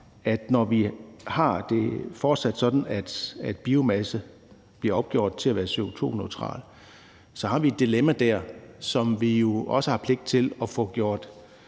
at når vi fortsat har det sådan, at biomasse bliver opgjort til at være CO2-neutral, så har vi et dilemma dér, som vi jo også har pligt til at få gjort